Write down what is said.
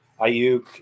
Ayuk